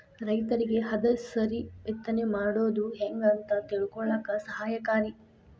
ರೈತರಿಗೆ ಹದಸರಿ ಬಿತ್ತನೆ ಮಾಡುದು ಹೆಂಗ ಅಂತ ತಿಳಕೊಳ್ಳಾಕ ಸಹಾಯಕಾರಿ